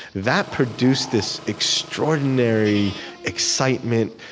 that produced this extraordinary excitement,